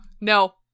No